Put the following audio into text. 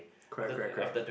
correct correct correct